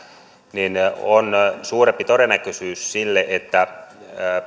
niin on suurempi todennäköisyys sille että